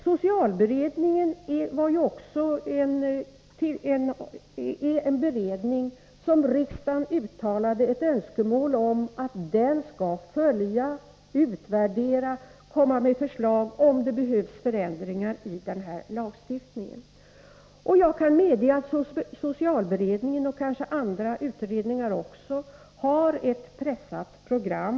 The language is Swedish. Socialberedningen är också en beredning till vilken riksdagen uttalade ett önskemål om att den skall följa, utvärdera och komma med förslag, om det behövs förändringar i den här lagstiftningen. Jag kan medge att socialberedningen, och kanske andra utredningar också, har ett pressat program.